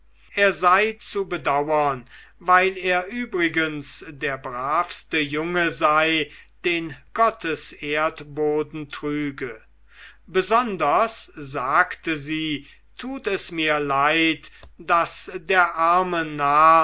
er sei zu bedauern weil er übrigens der bravste junge sei den gottes erdboden trüge besonders sagte sie tut es mir leid daß der arme narr